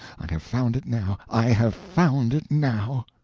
i have found it now i have found it now.